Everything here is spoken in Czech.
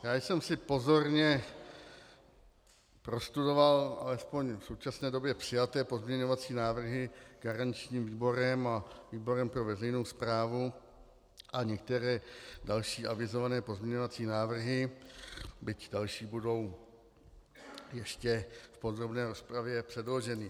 Já jsem si pozorně prostudoval alespoň v současné době přijaté pozměňovací návrhy garančním výborem a výborem pro veřejnou správu a některé další avizované pozměňovací návrhy, byť další budou ještě v podrobné rozpravě předloženy.